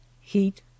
heat